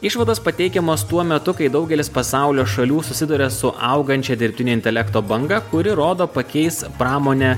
išvados pateikiamos tuo metu kai daugelis pasaulio šalių susiduria su augančia dirbtinio intelekto banga kuri rodo pakeis pramonę